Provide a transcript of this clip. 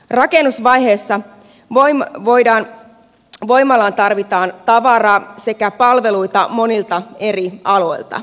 rakennusvaiheessa voimalaan tarvitaan tavaraa sekä palveluita monilta eri aloilta